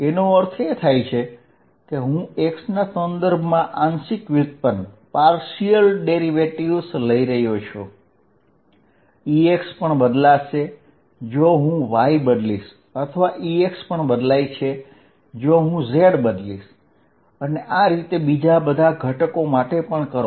એનો અર્થ એ કે હું x ના સંદર્ભમાં આંશિક વ્યુત્પન્ન લઈ રહ્યો છું Ex પણ બદલાશે જો હું y બદલીશ અથવા Ex પણ બદલાય છે જો હું z બદલીશ અને આ રીતે બીજા બધા ઘટકો માટે પણ કરો